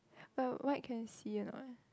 but white can see or not